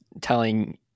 telling